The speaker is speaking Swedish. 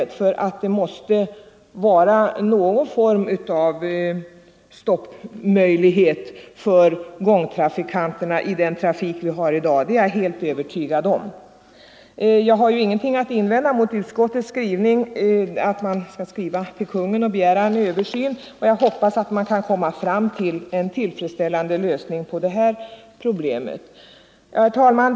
Jag är nämligen helt övertygad om att det i dagens trafik måste finnas en möjlighet att tillfälligt stoppa gångtrafikanter som ämnar korsa en gata. Jag har ingenting att invända mot utskottets skrivning att vad utskottet anfört om en översyn av bestämmelserna för övergångsställe ges Kungl. Maj:t till känna. Jag hoppas att man skall kunna komma fram till en lösning på detta problem. Herr talman!